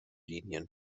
linien